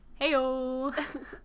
Heyo